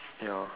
ya